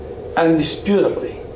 undisputably